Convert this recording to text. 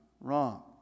wrong